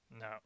No